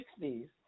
60s